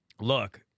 Look